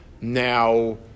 Now